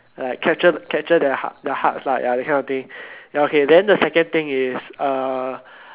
like capture capture the heart the hearts lah that kind of thing ya okay then the second thing is uh